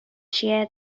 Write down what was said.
چیه